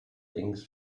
things